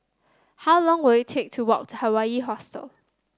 how long will it take to walk to Hawaii Hostel